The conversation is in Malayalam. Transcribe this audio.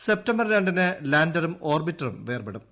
സെപ്റ്റംബർ രണ്ടിന് ലാൻഡറും ഓർബിറ്ററും വേർപെടും